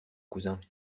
cousin